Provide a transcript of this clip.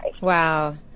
Wow